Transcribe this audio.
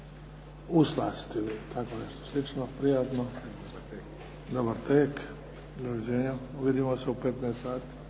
u slast ili tako nešto slično, prijatno, dobar tek, doviđenja, vidimo se u 15 sati.